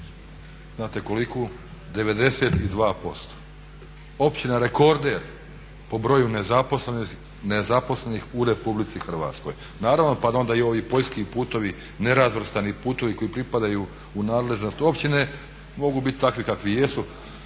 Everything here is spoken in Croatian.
znate koliku? 92%. Općina rekorder po broju nezaposlenih u RH. Naravno pa da onda i ovi poljski putovi, nerazvrstani putovi koji pripadaju u nadležnost općine mogu biti takvi kakvi jesu.